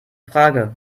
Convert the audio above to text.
frage